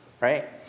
Right